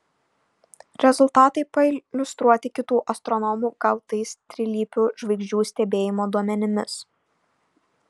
rezultatai pailiustruoti kitų astronomų gautais trilypių žvaigždžių stebėjimo duomenimis